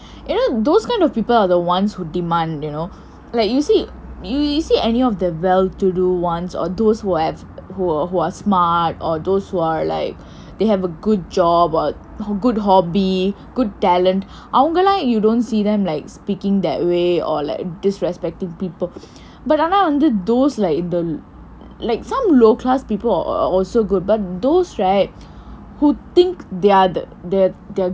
you know those kind of people are the ones who demand you know like you see you see any of the well to do ones or those who have who or who are smart or those who are like they have a good job or good hobby good talent அவங்களாம் :avangkalaam you don't see them like speaking that way or like disrespecting people but ஆனா வந்து:aanaa vanthu those like the like some low class people are are also good but those right who think there that that they are